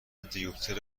دیوپتر